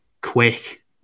quick